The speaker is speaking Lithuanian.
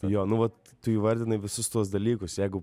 jo nu vat tu įvardinai visus tuos dalykus jeigu